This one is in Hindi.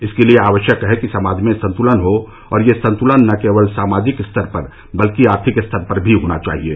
इसके लिये आवश्यक है कि समाज में संतुलन हो और यह संतुलन न केवल सामाजिक स्तर पर बल्कि आर्थिक स्तर पर भी होना चाहिये